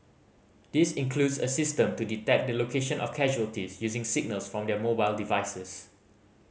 this includes a system to detect the location of casualties using signals from their mobile devices